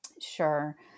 Sure